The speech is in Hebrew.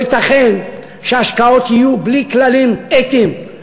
לא ייתכן שהשקעות יהיו בלי כללים אתיים.